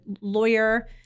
lawyer